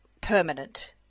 permanent